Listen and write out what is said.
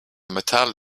metal